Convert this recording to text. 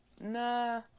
Nah